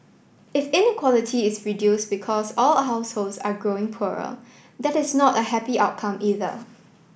if inequality is reduce because all households are growing poorer that is not a happy outcome either